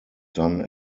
done